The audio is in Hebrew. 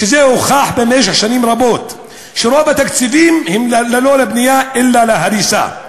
וזה הוכח במשך שנים רבות שרוב התקציבים הם לא לבנייה אלא להריסה.